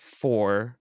four